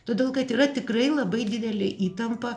todėl kad yra tikrai labai didelė įtampa